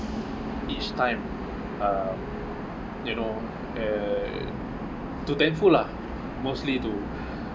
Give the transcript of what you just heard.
each time um you know uh to thankful lah mostly to